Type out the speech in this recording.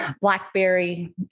blackberry